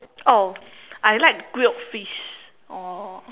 oh I like grilled fish oh